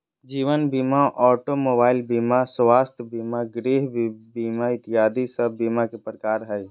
जीवन बीमा, automobile बीमा, स्वास्थ्य बीमा, गृह बीमा इत्यादि सब बीमा के प्रकार हय